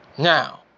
Now